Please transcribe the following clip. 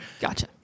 Gotcha